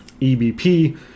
ebp